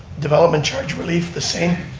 development charge relief the same?